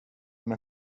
med